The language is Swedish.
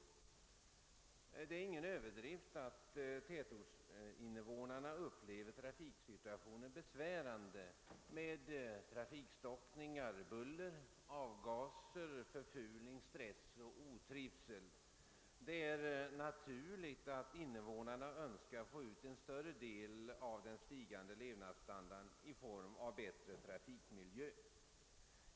Jag gör mig inte skyldig till någon överdrift om jag säger att tätortsinvånarna upplever trafiksituationen som besvärande med trafikstockningar, buller, avgaser, förfulning, stress och otrivsel. Det är naturligt att invånarna önskar få ut en större del av den stigande levnadsstandarden i form av bättre trafikmiljö.